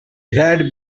had